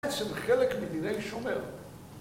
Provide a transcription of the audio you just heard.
בעצם חלק מדיני שומר